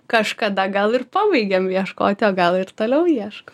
kažkada gal ir pabaigiam ieškoti o gal ir toliau ieško